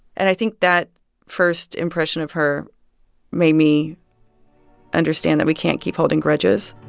and i think that first impression of her made me understand that we can't keep holding grudges